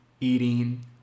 eating